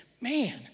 man